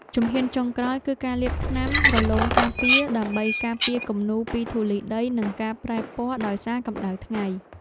ជំហានចុងក្រោយគឺការលាបថ្នាំរលោងការពារ ដើម្បីការពារគំនូរពីធូលីដី និងការប្រែពណ៌ដោយសារកម្ដៅថ្ងៃ។